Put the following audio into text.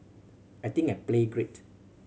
I think I played great